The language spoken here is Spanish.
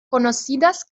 conocidas